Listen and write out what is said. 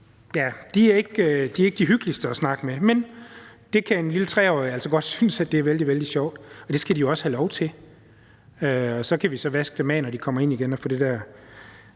for de er ikke de hyggeligste at snakke med, men det kan en lille 3-årig altså godt synes er vældig, vældig sjovt. Det skal de jo også have lov til, og så kan vi vaske dem, når de kommer ind igen, og få det der